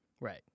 right